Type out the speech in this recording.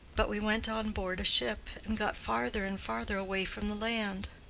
but we went on board a ship, and got farther and farther away from the land.